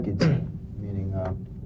meaning